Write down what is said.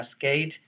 cascade